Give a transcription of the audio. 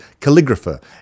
calligrapher